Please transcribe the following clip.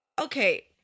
Okay